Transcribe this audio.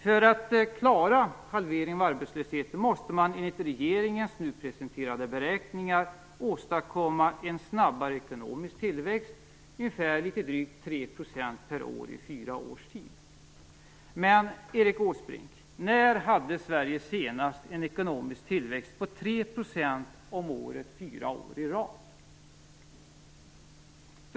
För att klara en halvering av arbetslösheten måste man enligt regeringens nu presenterade beräkningar åstadkomma en snabbare ekonomisk tillväxt, ungefär litet drygt 3 % per år i fyra års tid. Men, Erik Åsbrink, när hade Sverige senast en ekonomisk tillväxt på 3 % om året, fyra år i rad?